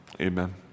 amen